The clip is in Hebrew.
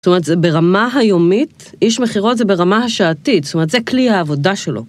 זאת אומרת, זה ברמה היומית, איש מכירות זה ברמה השעתית, זאת אומרת, זה כלי העבודה שלו.